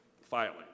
filing